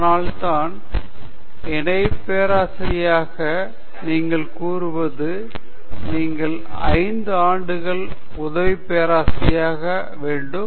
அதனால்தான் இணை பேராசிரியராக நீங்கள் கூறுவது நீங்கள் 5 ஆண்டுகள் உதவி பேராசிரியராக வேண்டும்